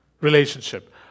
Relationship